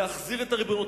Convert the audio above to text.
להחזיר את הריבונות,